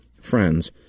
Friends